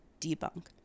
debunk